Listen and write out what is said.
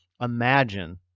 imagine